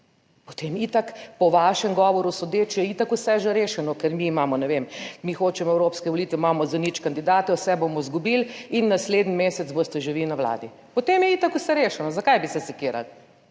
potem itak po vašem govoru sodeč je itak vse že rešeno, ker mi imamo, ne vem, mi hočemo evropske volitve, imamo za nič kandidate, vse bomo izgubili in naslednji mesec boste že vi na vladi, potem je itak vse rešeno. Zakaj bi se sekirali?